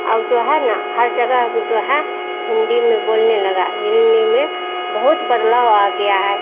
अब जो है ना हर जगह जो है हिन्दी में बोलने लगा हिन्दी में बहुत बदलाव आ गया है